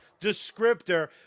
descriptor